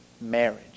Marriage